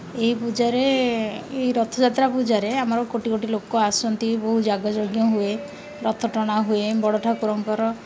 ଏହି ପୂଜାରେ ଏହି ରଥଯାତ୍ରା ପୂଜାରେ ଆମର କୋଟି କୋଟି ଲୋକ ଆସନ୍ତି ବହୁ ଜାଗଜଜ୍ଞ ହୁଏ ରଥ ଟଣା ହୁଏ ବଡ଼ ଠାକୁରଙ୍କର